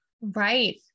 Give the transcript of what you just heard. Right